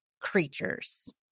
creatures